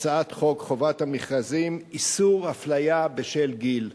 הצעת חוק חובת המכרזים (איסור הפליה בשל גיל).